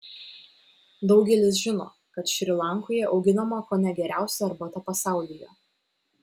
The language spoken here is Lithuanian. daugelis žino kad šri lankoje auginama kone geriausia arbata pasaulyje